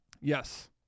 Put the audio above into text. yes